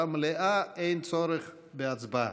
אין צורך בהצבעה.